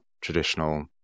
traditional